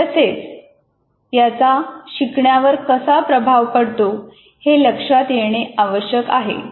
तसेच याचा शिकण्यावर कसा प्रभाव पडतो हे लक्षात येणे आवश्यक आहे